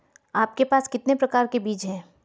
आपके पास कितने प्रकार के बीज हैं?